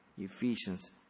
Ephesians